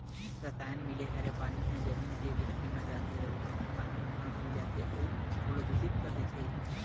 रसायन मिले हरय पानी ह जमीन के भीतरी म जाके उहा के पानी म मिल जाथे अउ ओला दुसित कर देथे